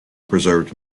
preserved